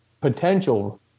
potential